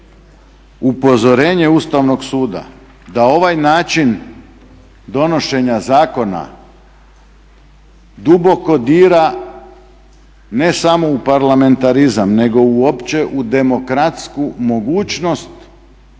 upozorenje Ustavnog suda da ovaj način donošenja zakona duboko dira ne samo u parlamentarizam nego uopće u demokratsku mogućnost